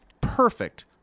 perfect